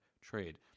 trade